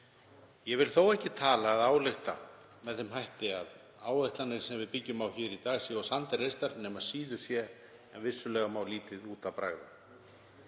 Ég vil þó ekki tala eða álykta með þeim hætti að þær áætlanir sem við byggjum á hér í dag séu á sandi reistar nema síður sé. En vissulega má lítið út af bregða.